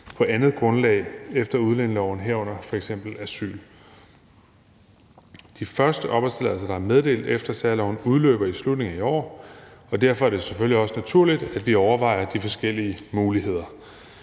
på andet grundlag efter udlændingeloven, herunder f.eks. asyl. De første opholdstilladelser, der er meddelt efter særloven, udløber i slutningen af i år, og derfor er det selvfølgelig også naturligt, at vi overvejer de forskellige muligheder.